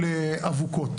זה עובד בחלקו,